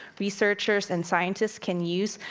researchers, and scientists can use,